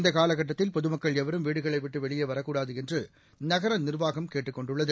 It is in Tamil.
இந்த காலகட்டத்தில் பொதுமக்கள் எவரும் வீடுகளை விட்டு வெளியே வரக்கூடாது என்று நகர நிர்வாகம் கேட்டுக் கொண்டுள்ளது